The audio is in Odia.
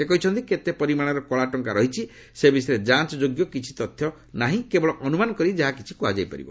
ସେ କହିଛନ୍ତି କେତେ ପରିମାଣର କଳା ଟଙ୍କା ରହିଛି ସେ ବିଷୟରେ ଯାଞ୍ଚ ଯୋଗ୍ୟ କିଛି ତଥ୍ୟ ନାହିଁ କେବଳ ଅନୁମାନ କରି ଯାହାକିଛି କୁହାଯାଇ ପରିବ